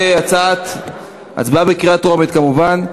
הצבעה בקריאה טרומית כמובן.